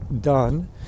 done